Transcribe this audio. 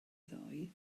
ddoe